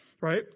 right